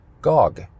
Gog